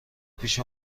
پیش